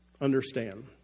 understand